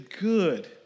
good